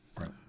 Right